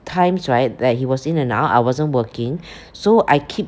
times right that he was in and out I wasn't working so I keep